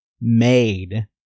made